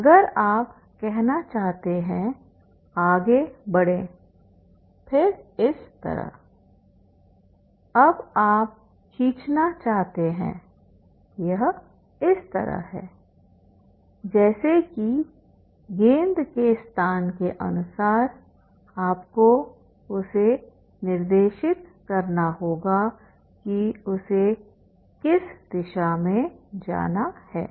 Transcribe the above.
अगर आप कहना चाहते हैं आगे बढ़ें फिर इस तरह अब आप खींचना चाहते हैं यह इस तरह है जैसे कि गेंद के स्थान के अनुसार आपको उसे निर्देशित करना होगा कि उसे किस दिशा में जाना है